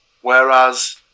whereas